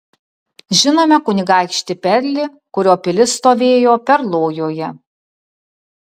žinome kunigaikštį perlį kurio pilis stovėjo perlojoje